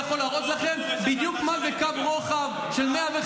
אני יכול להראות לכם בדיוק מה זה קו רוחב 115,